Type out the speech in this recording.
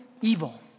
evil